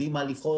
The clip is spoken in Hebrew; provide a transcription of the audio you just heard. יודעים מה לבחון,